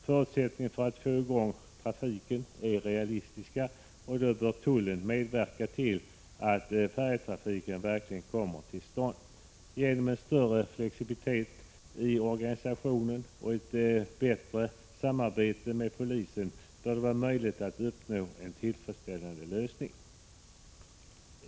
Förutsättningen för att få i gång trafiken är realistisk, och då bör tullen medverka till att färjetrafiken kommer till stånd. Genom större flexibilitet i organisationen och ett bättre samarbete med polisen bör det vara möjligt att uppnå en tillfredsställande lösning.